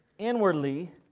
Inwardly